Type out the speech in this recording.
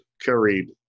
carried